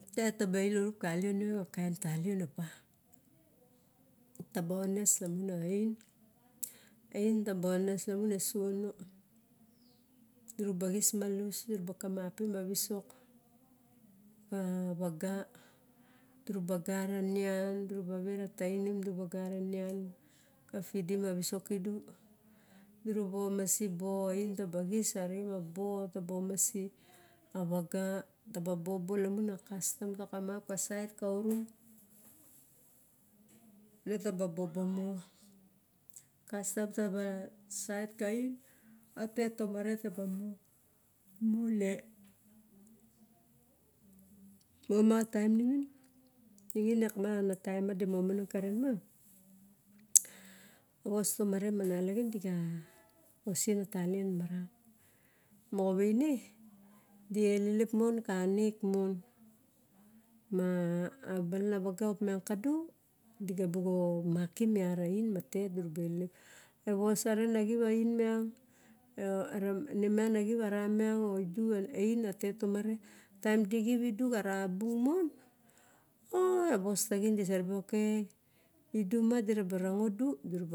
A tetet taba ilonup palienu ka kaen talien opa, tet taba ones lamun oin, oin taba ones lamun eesiono punabo xis malus, duraba kamipim a visok, avag dura bagara nian darabagar ve a tainim, durabagar a nian ka fielm a visok kielu, duraba amasi bo, oin taba xis arixen ma bo ta bo mais tabu bobo lainmu a kastam taba ka saet ka orong netaba bobo mu. Kastam taba saet oin, a tet tomare taba mu ne. Mon ma taem ningin iak ma ana taem ma di momon karen iak ma, vos tamare ma, malaxin dixa osien a talien maran, moxa vaine die lelep mon ke nek mon. Ma lenaraga opiang ka do, digo bu makim at a oin ma tet dura ba elelep. Evos a ren na xip arei miang du a oin ma tet tomare. Taem dixip idu xara bung mon. Ok idu ma diraba